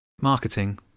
Marketing